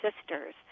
sisters